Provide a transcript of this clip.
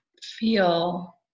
Feel